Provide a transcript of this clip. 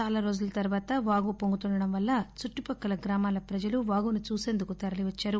చాలా రోజుల తర్వాత వాగు పొంగుతుండటం వల్ల చుట్టుపక్కల గ్రామాల ప్రజలు వాగును చూసేందుకు తరలివచ్చారు